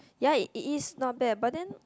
ya it is not bad but then